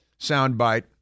soundbite